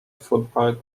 football